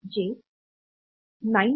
6 kilohertz आहे